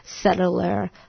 settler